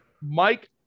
Mike